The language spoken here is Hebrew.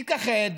ייכחד,